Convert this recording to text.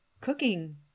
cooking